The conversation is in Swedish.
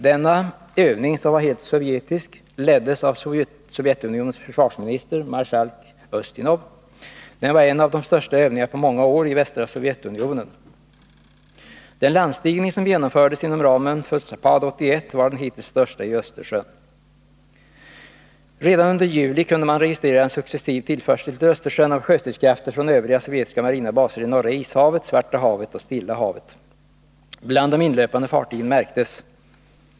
Denna övning, som var helt sovjetisk, leddes av Sovjetunionens försvarsminister, marskalk Ustinov. Den var en av de största övningarna på många år i västra Sovjetunionen. Den landstigning som genomfördes inom ramen för ZAPAD 81 var den hittills största i Östersjön. Redan under juli kunde man registrera en successiv tillförsel till Östersjön av sjöstridskrafter från övriga sovjetiska marina baser i Norra Ishavet, Svarta havet och Stilla havet.